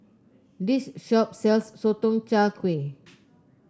this shop sells Sotong Char Kway